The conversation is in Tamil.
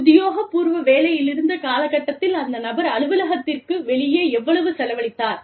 உத்தியோக பூர்வ வேலையிலிருந்த காலகட்டத்தில் அந்த நபர் அலுவலகத்திற்கு வெளியே எவ்வளவு செலவழித்தார்